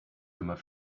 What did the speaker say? thomas